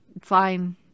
Fine